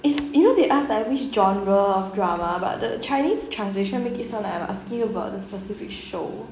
it's you know they asked like which genre of drama but the chinese translation make it sound like I'm asking you about the specific show